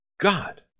God